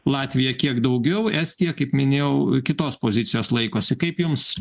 latvija kiek daugiau estija kaip minėjau kitos pozicijos laikosi kaip jums